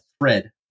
thread